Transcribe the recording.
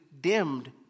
dimmed